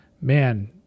man